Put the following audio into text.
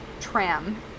tram